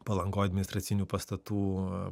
palangoj administracinių pastatų